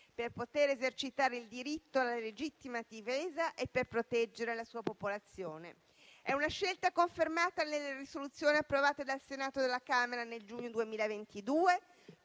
per poter esercitare il diritto alla legittima difesa e per proteggere la sua popolazione. È una scelta confermata nelle risoluzioni approvate dal Senato e dalla Camera nel giugno 2022,